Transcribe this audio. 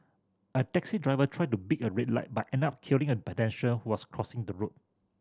a taxi driver tried to beat a red light but end up killing a who was crossing the road